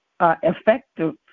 effective